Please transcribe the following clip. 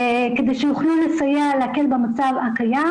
כדי שיוכלו לסייע להקל במצב הקיים.